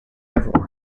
everyone